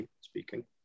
speaking